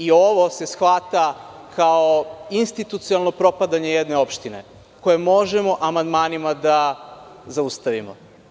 I ovo se shvata kao institucionalno propadanje jedne opštine koje možemo amandmanima da zaustavimo.